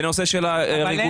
בנושא של הרגולציה.